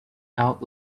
out